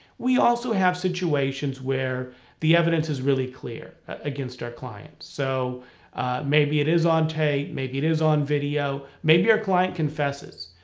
we also have situations where the evidence is really clear against our client. so maybe it is on tape, maybe it is on video, maybe our client confesses.